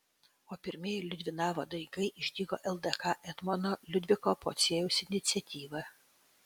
o pirmieji liudvinavo daigai išdygo ldk etmono liudviko pociejaus iniciatyva